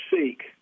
seek